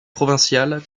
provinciales